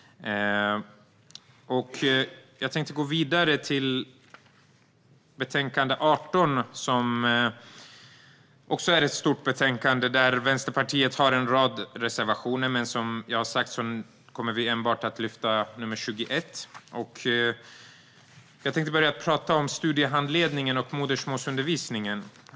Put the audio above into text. Jag tänker gå vidare till betänkande UbU18, som också är ett stort betänkande. Vänsterpartiet har en rad reservationer där, men vi kommer enbart att lyfta upp reservation 21. Jag tänkte prata om studiehandledningen och modersmålsundervisningen.